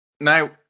Now